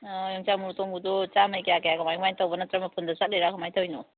ꯑ ꯌꯣꯡꯆꯥꯛ ꯃꯔꯨ ꯑꯇꯣꯡꯕꯗꯣ ꯆꯥꯃꯩ ꯀꯌꯥ ꯀꯌꯥ ꯀꯃꯥꯏ ꯀꯃꯥꯏ ꯇꯧꯕ ꯅꯠꯇ꯭ꯔ ꯃꯄꯨꯟꯗ ꯆꯠꯂꯤꯔ ꯀꯃꯥꯏ ꯇꯧꯏꯅꯣ